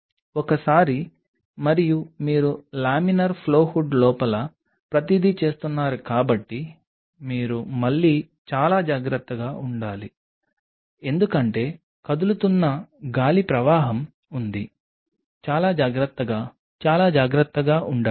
ఒకసారి మరియు మీరు లామినార్ ఫ్లో హుడ్ లోపల ప్రతిదీ చేస్తున్నారు కాబట్టి మీరు మళ్లీ చాలా జాగ్రత్తగా ఉండాలి ఎందుకంటే కదులుతున్న గాలి ప్రవాహం ఉంది చాలా జాగ్రత్తగా చాలా జాగ్రత్తగా ఉండండి